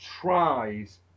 tries